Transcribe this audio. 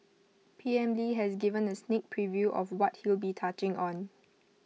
P M lee has given A sneak preview of what he'll be touching on